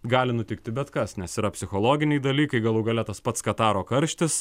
gali nutikti bet kas nes yra psichologiniai dalykai galų gale tas pats kataro karštis